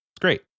Great